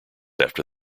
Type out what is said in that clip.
after